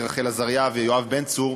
רחל עזריה ויואב בן צור.